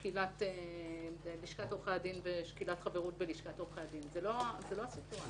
שקילת חברות בלשכת עורכי הדין, זו לא הסיטואציה.